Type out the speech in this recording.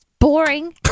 Boring